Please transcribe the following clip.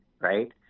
right